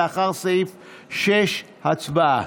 לאחר סעיף 6. הצבעה.